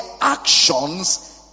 actions